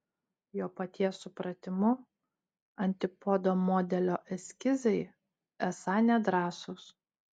jo paties supratimu antipodo modelio eskizai esą nedrąsūs